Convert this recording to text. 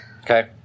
okay